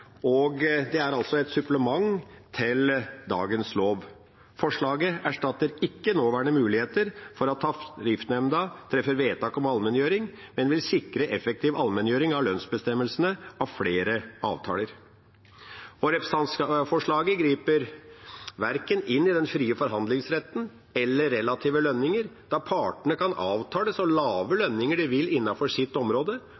og det er et supplement til dagens lov. Forslaget erstatter ikke nåværende muligheter for at tariffnemnda skal treffe vedtak om allmenngjøring, men vil sikre effektiv allmenngjøring av lønnsbestemmelsene i flere avtaler. Representantforslaget griper verken inn i den frie forhandlingsretten eller i relative lønninger, da partene kan avtale så lave